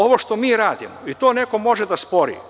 Ovo što mi radimo, i to neko može da spori.